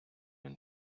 він